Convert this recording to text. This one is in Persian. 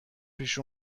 پیش